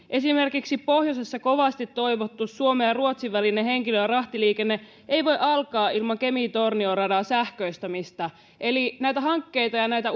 esimerkiksi pohjoisessa kovasti toivottu suomen ja ruotsin välinen henkilö ja rahtiliikenne ei voi alkaa ilman kemi tornio radan sähköistämistä eli näitä hankkeita ja näitä